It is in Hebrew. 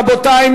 רבותי,